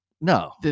no